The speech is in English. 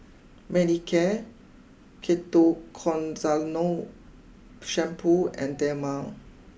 Manicare Shampoo and Dermale